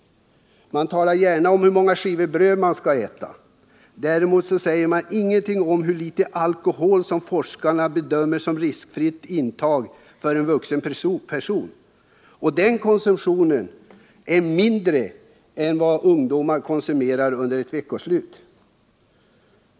Myndigheterna talar gärna om hur många skivor bröd vi skall äta. Däremot säger man inget om hur litet alkohol som av forskarna bedöms som riskfritt intag för en vuxen person. Den konsumtionen är mindre än vad ungdomar konsumerar enbart under ett veckoslut.